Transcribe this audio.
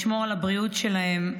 לשמור על הבריאות שלהם,